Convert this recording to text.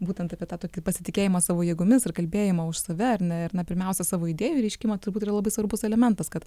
būtent apie tą tokį pasitikėjimą savo jėgomis ir kalbėjimą už save ar ne ir na pirmiausia savo idėjų reiškimą turbūt yra labai svarbus elementas kad